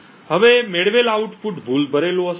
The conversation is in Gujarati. હવે મેળવેલ આઉટપુટ ભૂલભરેલું હશે